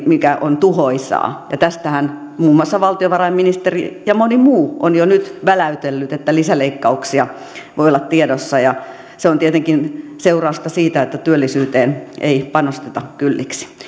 mikä on tuhoisaa tästähän muun muassa valtiovarainministeri ja moni muu on jo nyt väläytellyt että lisäleikkauksia voi olla tiedossa ja se on tietenkin seurausta siitä että työllisyyteen ei panosteta kylliksi